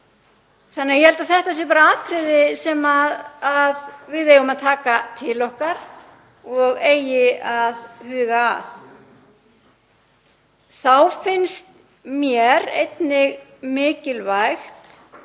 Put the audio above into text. þingnefndir. Ég held að þetta sé atriði sem við eigum að taka til okkar og eigi að huga að. Þá finnst mér einnig mikilvægt